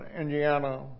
Indiana